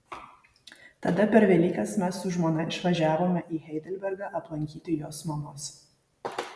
tada per velykas mes su žmona išvažiavome į heidelbergą aplankyti jos mamos